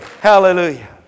Hallelujah